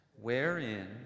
wherein